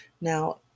Now